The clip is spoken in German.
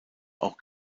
auch